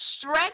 stretch